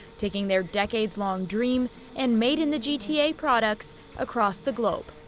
taking their decades long dream and made in the gta products across the globe.